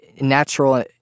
natural